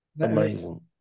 Amazing